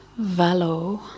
Valo